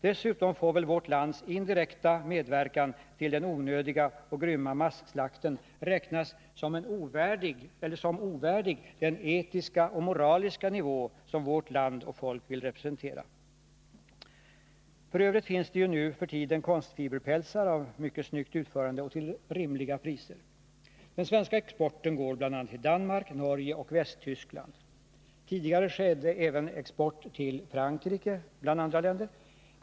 Dessutom får väl vårt lands indirekta medverkan till den onödiga och grymma masslakten räknas som ovärdig den etiska och moraliska nivå som vårt land och folk vill representera. F. ö. finns det nu för tiden konstfiberpälsar av mycket snyggt utförande och till rimliga priser. Den svenska exporten går bl.a. till Danmark, Norge och Västtyskland. Tidigare skedde även export till Frankrike m.fl. länder.